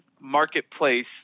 marketplace